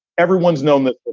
everyone's known that.